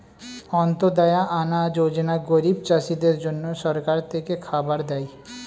অন্ত্যদায়া আনা যোজনা গরিব চাষীদের জন্য সরকার থেকে খাবার দেয়